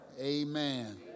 Amen